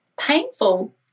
painful